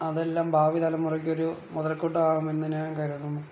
അതെല്ലാം ഭാവി തലമുറക്കൊരു മുതൽക്കൂട്ട് ആകുമെന്ന് ഞാൻ കരുതുന്നു